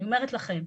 אני אומרת לכם,